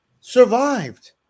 survived